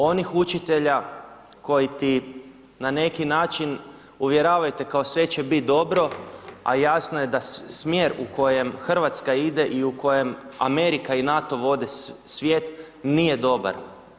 Onih učitelja koji ti na neki način uvjeravaju te kao sve će biti dobro, a jasno je da smjer u kojem Hrvatska ide i u kojem Amerika i NATO vode svijet nije dobar.